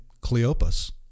Cleopas